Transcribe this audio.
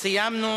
סיימנו